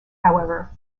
however